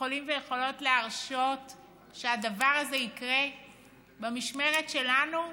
יכולים ויכולות להרשות שהדבר הזה יקרה במשמרת שלנו?